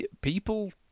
people